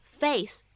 face